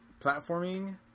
Platforming